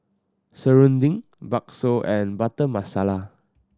Serunding Bakso and Butter Masala